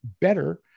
better